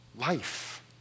life